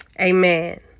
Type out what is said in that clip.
Amen